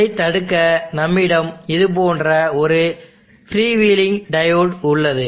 அதைத் தடுக்க நம்மிடம் இது போன்ற ஒரு ஃப்ரீவீலிங் டையோடு உள்ளது